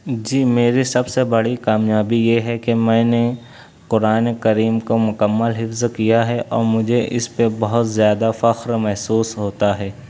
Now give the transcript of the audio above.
جی میری سب سے بڑی کامیابی یہ ہے کہ میں نے قرآن کریم کو مکمل حفظ کیا ہے اور مجھے اس پہ بہت زیادہ فخر محسوس ہوتا ہے